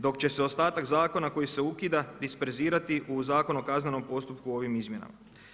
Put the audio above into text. Dok će se ostatak zakona koji se ukida disperzirati u Zakon o kaznenom postupku ovim izmjenama.